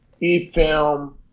E-Film